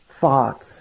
thoughts